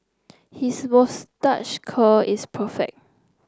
his moustache curl is perfect